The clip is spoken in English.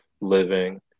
living